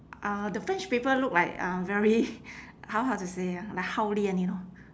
uh the french people look like uh very how how to say ah like hao lian you know